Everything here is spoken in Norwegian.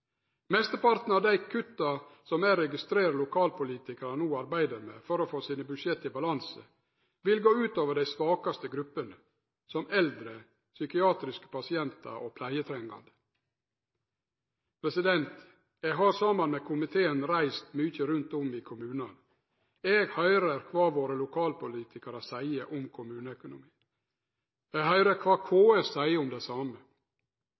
Mesteparten av dei kutta som eg registrerer lokalpolitikarane no arbeider med for å få sine budsjett i balanse, vil gå ut over dei svakaste gruppene, som eldre, psykiatriske pasientar og pleietrengande. Eg har saman med komiteen reist mykje rundt om i kommunane. Eg høyrer kva våre lokalpolitikarar seier om kommuneøkonomien. Eg høyrer kva KS seier om det same.